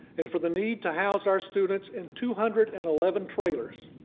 and for the need to house our students in two hundred and eleven trailers.